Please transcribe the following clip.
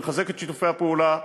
נחזק את שיתופי הפעולה,